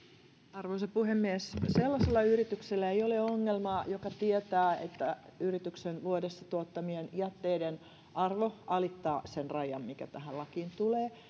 arvoisa puhemies sellaisella yrityksellä ei ole ongelmaa joka tietää että yrityksen vuodessa tuottamien jätteiden arvo alittaa sen rajan mikä tähän lakiin tulee